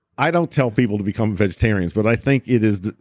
i don't tell people to become vegetarians, but i think it is,